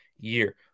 year